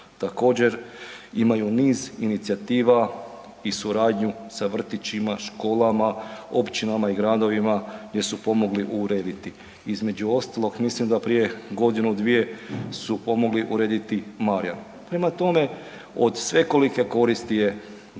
Također imaju niz inicijativa i suradnju sa vrtićima, školama, općinama i gradovima gdje su pomogli urediti. Između ostalog mislim da prije godinu dvije su pomogli urediti Marijan. Prema tome, od svekolike je koristi tijekom